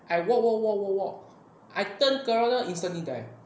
I walk walk walk walk walk I turn corner instantly die